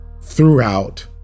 throughout